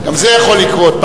גם זה יכול לקרות.